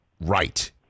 right